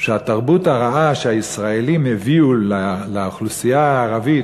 שהתרבות הרעה שהישראלים הביאו לאוכלוסייה הערבית,